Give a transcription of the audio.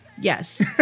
Yes